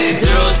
zero